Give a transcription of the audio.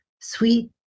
sweet